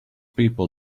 people